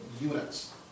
units